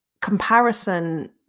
comparison